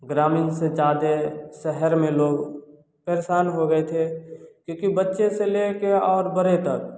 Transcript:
ग्रामीण से ज़्यादा शहर में लोग पेरशान हो गए थे क्योंकि बच्चे से लेकर और बड़े तक